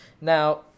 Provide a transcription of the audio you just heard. Now